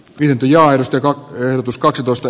lintuja inspiroi tus kaksitoista